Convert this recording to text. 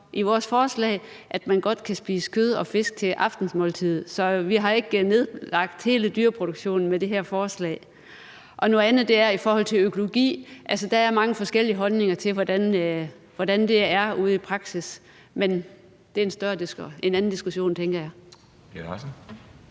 i vores forslag, at man godt kan spise kød og fisk til aftensmåltidet. Så vi har ikke nedlagt hele dyreproduktionen med det her forslag. Noget andet er i forhold til økologi: Der er mange forskellige holdninger til, hvordan det er ude i praksis, men det er en anden diskussion, tænker jeg.